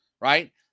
right